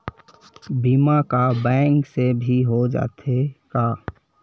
बीमा का बैंक से भी हो जाथे का?